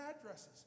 addresses